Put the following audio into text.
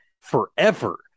forever